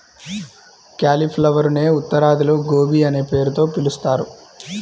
క్యాలిఫ్లవరునే ఉత్తరాదిలో గోబీ అనే పేరుతో పిలుస్తారు